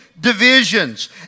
divisions